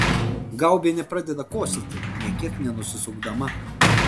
gaubienė pradeda kosėti nė kiek nenusisukdama